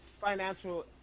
financial